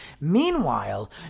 Meanwhile